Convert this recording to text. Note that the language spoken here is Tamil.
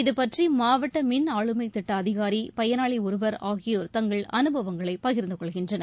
இதுபற்றி மாவட்ட மின் ஆளுமை திட்ட அதிகாரி பயனாளி ஒருவர் ஆகியோர் தங்கள் அனுபவங்களை பகிர்ந்துகொள்கின்றனர்